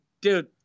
dude